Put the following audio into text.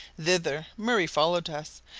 thither murray followed us,